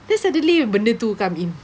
then suddenly benda tu come in